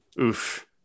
Oof